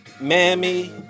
mammy